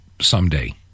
someday